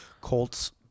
Colts